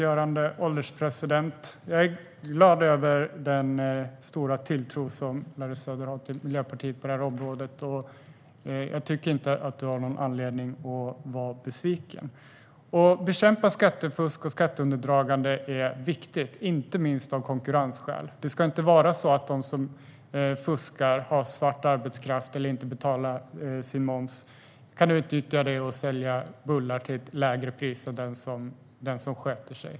Fru ålderspresident! Jag är glad över den stora tilltro som Larry Söder har till Miljöpartiet på detta område, och jag tycker inte att han har någon anledning att vara besviken. Det är viktigt att bekämpa skattefusk och skatteundandragande, inte minst av konkurrensskäl. Det ska inte vara så att den som fuskar, har svart arbetskraft eller inte betalar sin moms kan utnyttja det och sälja bullar till ett lägre pris än den som sköter sig.